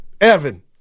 Evan